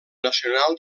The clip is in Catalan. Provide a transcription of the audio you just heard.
nacional